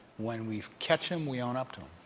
when we catch them, we own up to